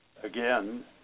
Again